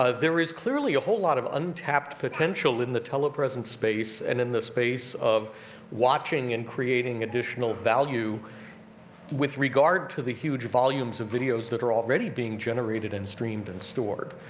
there is clearly a whole lot of untapped potential in the telepresence space, and in the space of watching and creating additional value with regard to the huge volumes of videos that are already being generated and streamed and stored.